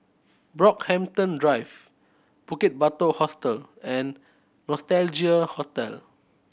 Brockhampton Drive Bukit Batok Hostel and Nostalgia Hotel